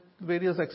various